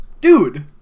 Dude